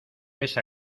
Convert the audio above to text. esa